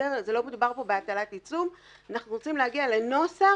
לא מדובר פה בהטלת עיצום, אנחנו רוצים להגיע לנוסח